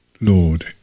Lord